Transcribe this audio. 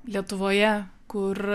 lietuvoje kur